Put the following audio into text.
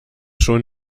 schon